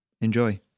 Enjoy